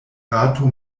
rato